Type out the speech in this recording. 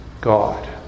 God